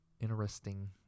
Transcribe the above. Interesting